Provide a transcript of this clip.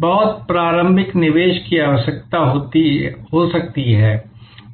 बहुत प्रारंभिक निवेश की आवश्यकता हो सकती है